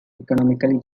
economically